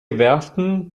werften